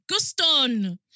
Guston